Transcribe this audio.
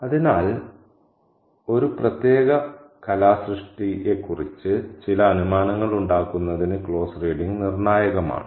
അതിനാൽ ഒരു പ്രത്യേക കലാസൃഷ്ടിയെക്കുറിച്ച് ചില അനുമാനങ്ങൾ ഉണ്ടാക്കുന്നതിന് ക്ലോസ് റീഡിങ് നിർണായകമാണ്